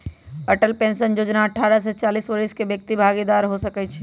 Atal pension जोजना अठारह से चालीस वरिस के व्यक्ति भागीदार हो सकइ छै